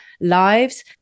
lives